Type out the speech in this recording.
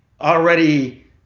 already